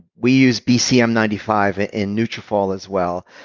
we use bcm ninety five in nutrafol as well.